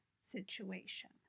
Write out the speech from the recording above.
situation